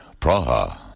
Praha